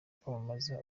kwamamaza